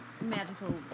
magical